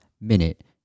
minute